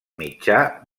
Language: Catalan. mitjà